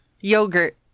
yogurt